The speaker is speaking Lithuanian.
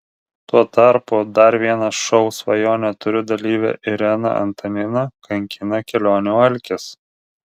tuo tarpu dar vieną šou svajonę turiu dalyvę ireną antaniną kankina kelionių alkis